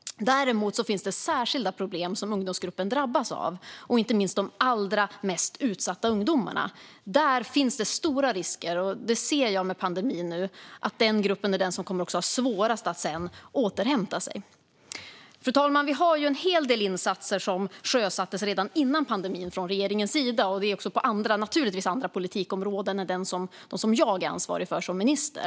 Däremot finns det särskilda problem som ungdomsgruppen drabbas av, inte minst de allra mest utsatta ungdomarna. Jag ser en stor risk nu med pandemin att den gruppen är den som sedan kommer att ha svårast att återhämta sig. Fru talman! Vi har en hel del insatser som sjösattes redan innan pandemin från regeringens sida, naturligtvis också på andra politikområden än dem som jag är ansvarig för som minister.